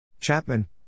Chapman